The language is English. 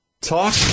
Talk